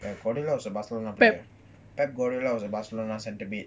ya guardiola also barcelona playerpep guardiola was a barcelona center back